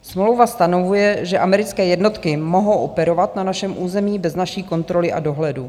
Smlouva stanovuje, že americké jednotky mohou operovat na našem území bez naší kontroly a dohledu.